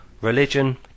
Religion